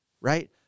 right